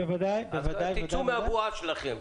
צאו מהבועה שלכם.